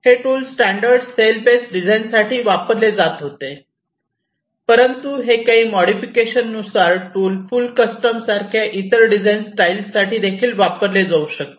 हे tool standard cell base डिझाईन्ससाठी वापरले जात होते परंतु हे काही मोडिफिकेशन नुसार हे टूल फुल कस्टम सारख्या इतर डिझाइन स्टाईलसाठी देखील वापरले जाऊ शकते